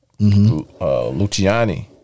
Luciani